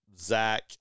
Zach